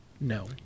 No